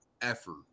effort